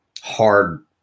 hard